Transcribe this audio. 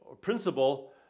principle